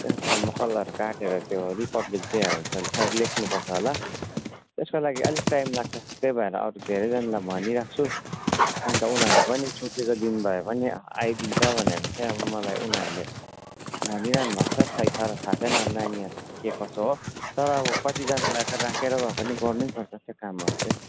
त्यो थर्मोकलहरू काटेर त्यो रिपब्लिक डेहरू त सायद लेख्नु पर्छ होला त्यसको लागि अलिक टाइम लाग्छ त्यही भएर अरू धेरैजनालाई भनिराख्छु अन्त उनीहरू पनि छुट्टीको दिन भए पनि आइदिन्छ भनेर चाहिँ अब मलाई उनीहरूले भनिरहनु भएको छ खोइ तर थाहा छैन अब नानीहरूको के कसो हो तर अब कतिजनालाई राखेर भए पनि गर्न पर्छ त्यो कामहरू चाहिँ